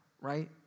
right